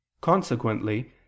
Consequently